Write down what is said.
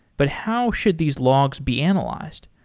but how should these logs be analyzed?